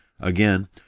Again